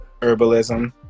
herbalism